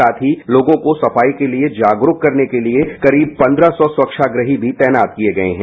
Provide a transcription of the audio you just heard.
साथ ही लोगों को सफाई के लिए जागरूक करने के लिए करीब पन्द्रह सौ स्वच्छाग्रही भी तैनात किए गए हैं